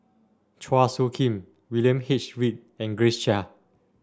Chua Soo Khim William H Read and Grace Chia